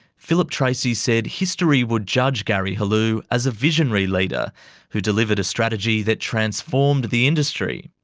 philip tracy said history would judge gary helou as a visionary leader who delivered a strategy that transformed the industry.